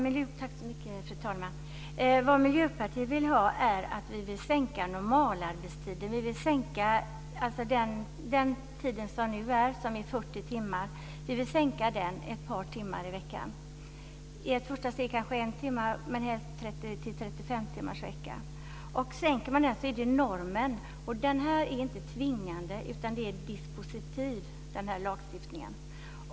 Fru talman! Miljöpartiet vill minska normalarbetstiden. Vi vill minska den nuvarande normalarbetstiden på 40 timmar med ett par timmar i veckan, i ett första steg kanske med en timme. Men helst vill vi minska den till en 35-timmarsvecka. Om man minskar normalarbetstiden så är det ju normen. Och denna lagstiftning är inte tvingande utan dispositiv.